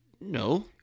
No